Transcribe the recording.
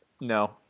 No